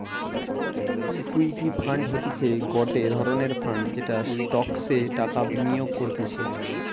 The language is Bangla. ইকুইটি ফান্ড হতিছে গটে ধরণের ফান্ড যেটা স্টকসে টাকা বিনিয়োগ করতিছে